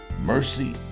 mercy